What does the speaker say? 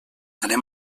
anem